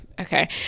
Okay